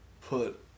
put